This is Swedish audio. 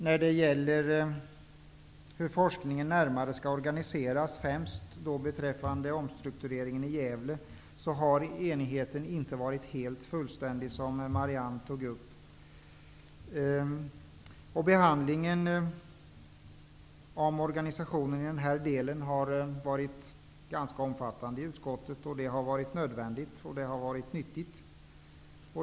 När det gäller hur forskningen närmare skall organiseras, främst beträffande omstruktureringen i Gävle, har enigheten inte varit fullständig, vilket Marianne Behandlingen av organisationen i den här delen har varit ganska omfattande i utskottet. Det har varit nödvändigt och nyttigt.